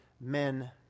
men